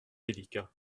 délicat